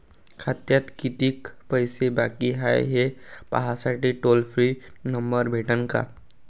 खात्यात कितीकं पैसे बाकी हाय, हे पाहासाठी टोल फ्री नंबर भेटन का?